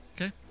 Okay